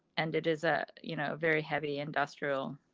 and it is a, you know, very heavy industrial.